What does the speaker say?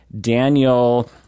Daniel